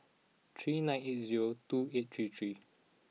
three nine eight zero two eight three three